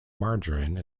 margarine